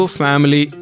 family